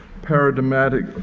paradigmatic